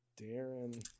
Darren